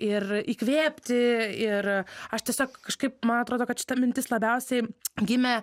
ir įkvėpti ir aš tiesiog kažkaip man atrodo kad šita mintis labiausiai gimė